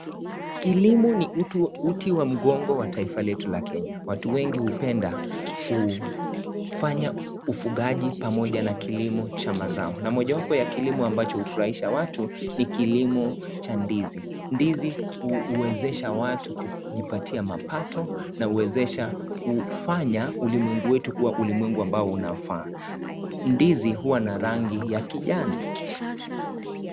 Kilimo ni uti wa mgongo wa taifa letu la kenya. Watu wengi hupenda kufanya ufugaji pamoja na kilimo cha mazao na mojawapo ya kilimo ambacho hufurahisha watu ni kilimo cha ndizi. Ndizi huwezesha watu kujipatia mapato na huwezesha kufanya ulimwengu wetu kuwa ulimwengu unaofaa. Ndizi huwa na rangi ya kijani.